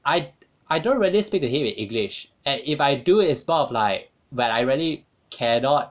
I I don't really speak to him in english and if I do it's more of like when I really cannot